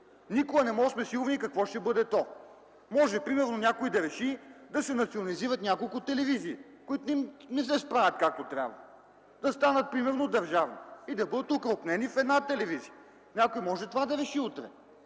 Никога не можем да сме сигурни какво ще бъде то. Може, примерно, някой да реши да се национализират няколко телевизии, които не се справят както трябва, да станат примерно държавни и да бъдат окрупнени в една телевизия, някой може това да реши утре.